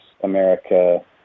America